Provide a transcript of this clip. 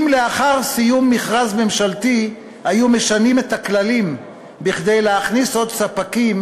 אם לאחר סיום מכרז ממשלתי היו משנים את הכללים כדי להכניס עוד ספקים,